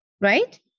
right